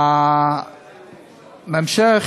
בהמשך,